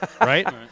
right